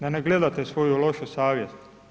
Da ne gledate svoju lošu savjest.